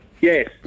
Yes